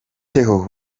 theo